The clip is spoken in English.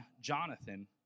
Jonathan